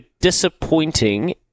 disappointing